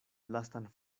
lastan